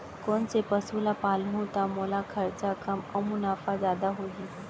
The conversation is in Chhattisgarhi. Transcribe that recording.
कोन से पसु ला पालहूँ त मोला खरचा कम अऊ मुनाफा जादा होही?